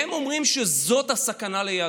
והם אומרים שזאת הסכנה ליהדות.